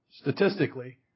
statistically